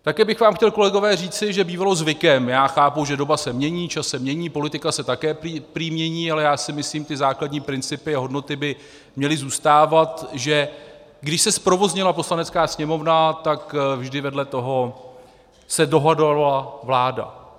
Také bych vám chtěl, kolegové, říci, že bývalo zvykem já chápu, že se doba mění, čas se mění, politika se také prý mění, ale já si myslím, že ty základní principy a hodnoty by měly zůstávat, že když se zprovoznila Poslanecká sněmovna, tak vždy vedle toho se dohadovala vláda.